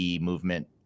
movement